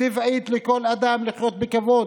טבעית לכל אדם לחיות בכבוד,